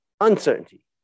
uncertainty